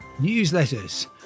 newsletters